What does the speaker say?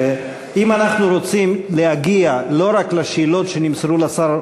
אם אנחנו רוצים להגיע לא רק לשאלות שנמסרו לשר